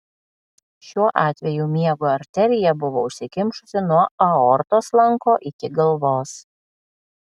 šiuo atveju miego arterija buvo užsikimšusi nuo aortos lanko iki galvos